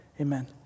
amen